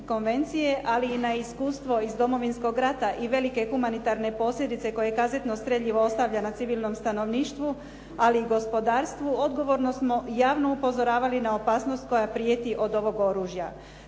ali i na iskustvo iz Domovinskog rata i velike humanitarne posljedice koje je kazento streljivo ostavlja na civilnom stanovništvu, ali i gospodarstvu, odgovorno smo i javno upozoravali na opasnost koja prijeti od ovog oružja.